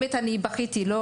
בכיתי,